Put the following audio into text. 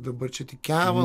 dabar čia tik keva